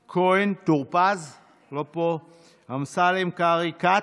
כהן, טור פז, לא פה, אמסלם, קרעי, כץ,